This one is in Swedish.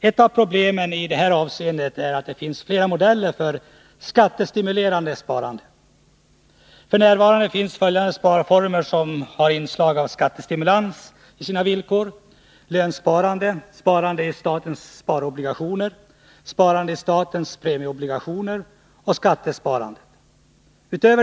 Ett av problemen i detta avseende är att det finns flera modeller för skattestimulerat sparande. F. n. finns det följande sparformer som har inslag av skattestimulans i sina villkor: lönsparande, sparande i statens sparobligationer, sparande i statens premieobligationer och skattesparandet.